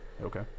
Okay